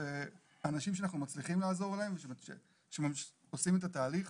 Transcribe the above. אנשים שאנחנו מצליחים לעזור להם ושעושים את התהליך,